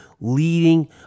leading